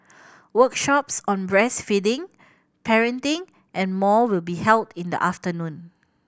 workshops on breastfeeding parenting and more will be held in the afternoon